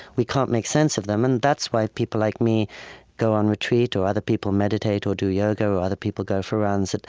we can't make sense of them. and that's why people like me go on retreat, or other people meditate or do yoga, or other people go for runs.